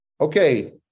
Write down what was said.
okay